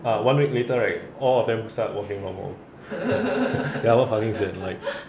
ah one week later right all of them start working home they're all fucking sian like